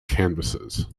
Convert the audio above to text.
canvases